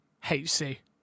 HC